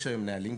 יש היום נהלים,